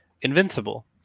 Invincible